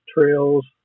trails